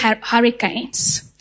hurricanes